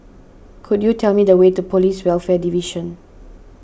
could you tell me the way to Police Welfare Division